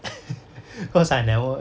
cause I never ap~